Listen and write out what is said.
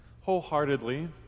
wholeheartedly